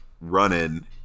running